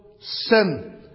sin